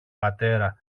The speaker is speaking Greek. πατέρα